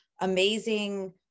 amazing